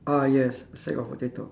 ah yes sack of potato